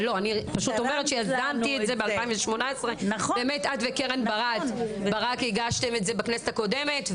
אבל אני פשוט אומרת שיזמתי את זה ב 2018. ובאמת את וקרן ברק הגשתן את זה בכנסת הקודמת.